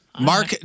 Mark